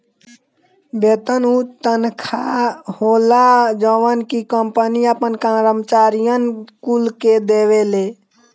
वेतन उ तनखा होला जवन की कंपनी आपन करम्चारिअन कुल के देवेले